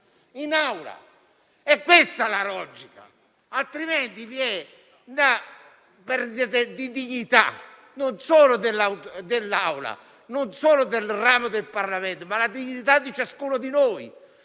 in Aula. È questa la logica, altrimenti vi è la perdita di dignità non solo dell'Assemblea, non solo di un ramo del Parlamento, ma di ciascuno di noi,